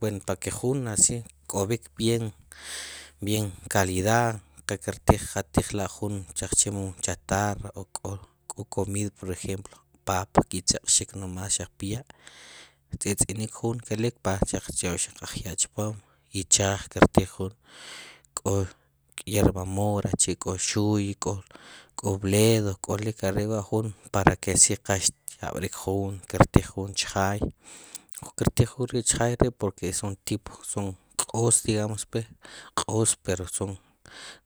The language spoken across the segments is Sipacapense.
Buen para que jun así tk'ob'ik bien, bien calidad qal kirtiij, qattiijla' jun jaq che mum chatarra o k'o, k'o comida por ejemplo papa ki' chaq'xik nomas pya' ke tz'inik jun kelik xaq kyoqxaj ya' chpoom ichaaj kir tiij jun, k'o hierba mora, chi' 'o xuuy ik'o k'o bledo, k'olok are' wa' jun para que así qal xtyab0rik jun kertiij jun chaaj, kir tiij jun ri' chjaay porque son tipo q'oos digamos pue, q'oos pero son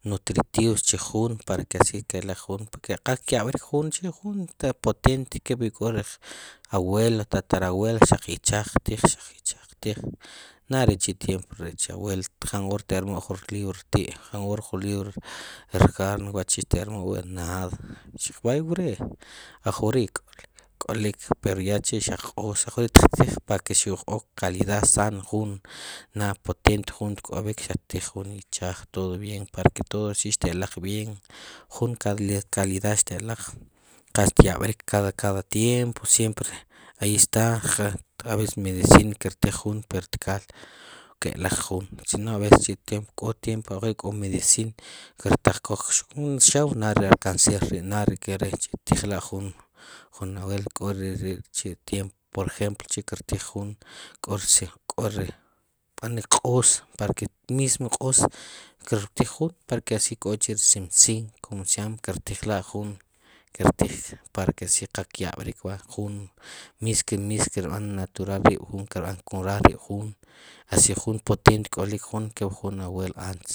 nutritivos chi jun para que asi keel jun para que qal kyab'rik jun chi' jun esta potente kep k'o ri abuelo tatarabuelo xaq ichaaj ktiij xaq ichaaj ktiij na' chi ri tiempo hce abuelo jan hora te'r mu'l jur libra rti', jan hora jur libra r carne, wacvhi ter mu'l wi', nada xaq vaya we', ajk'ori k'olik pero ya chei' xaq q'oos tiq tiij para que xoq ojk'o calidad sano jun xtqna' potente jun tk'ob'ik ttiij jun ichaaj todo bien para que todo chi' xteloq bien juan calidad xte'loq, qal xtayab'rik cada tiempo, siempre ahí esta a veces medicina kirtiij jun pero tkaal keloq jun, si no a veces chi' tiempo, kó tiempo ajwi' k'o medicina, nada ri alcaceres, nada keri' ttiijla jun, jun k'o ri ri' che tiempo por ejempo kir tiij jun, k'o si k'o rb'anik q'oos para que mismo q'oos kir tij jun para que así k'o che' si simsim como se llama kirtiijla' jun, kirtiij para asi qakyab'rik va jun mismo, mimo keb'an natual rib' jun kerb'a cuarar rib jun asi jun potente k'olik jun kep jun abuelo antes